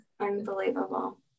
Unbelievable